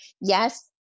Yes